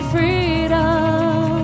Freedom